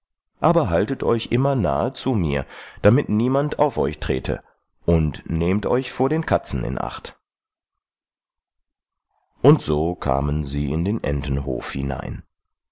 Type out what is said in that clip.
aber haltet euch immer nahe zu mir damit niemand auf euch trete und nehmt euch vor den katzen in acht und so kamen sie in den entenhof hinein